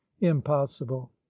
impossible